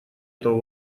этого